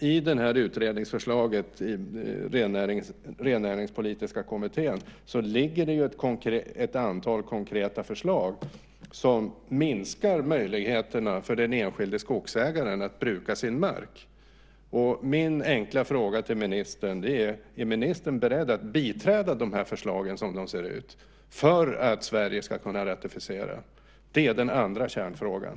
I utredningsförslaget från Rennäringspolitiska kommittén ligger det ju ett antal konkreta förslag som minskar möjligheterna för den enskilde skogsägaren att bruka sin mark. Min enkla fråga till ministern är: Är ministen beredd att biträda de här förslagen som de ser ut för att Sverige ska kunna ratificera? Det är den andra kärnfrågan.